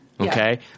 Okay